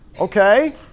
Okay